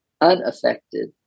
unaffected